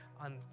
on